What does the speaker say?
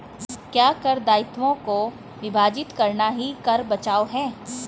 क्या कर दायित्वों को विभाजित करना ही कर बचाव है?